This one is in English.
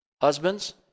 Husbands